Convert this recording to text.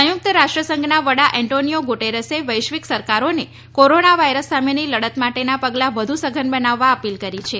સંયુક્ત રાષ્ટ્રસંઘના વડા એન્ટોનીઓ ગુટરસે વૈશ્વિક સરકારોને કોરોના વાયરસ સામેની લડત માટેના પગલા વધુ સઘન બનાવવા અપીલ કરી છે